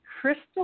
crystal